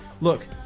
Look